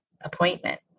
appointment